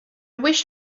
wish